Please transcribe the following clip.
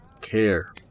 care